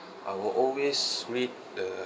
I will always read the